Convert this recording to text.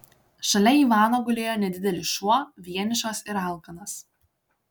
šalia ivano gulėjo nedidelis šuo vienišas ir alkanas